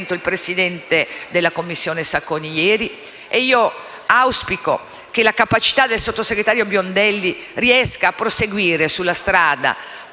Grazie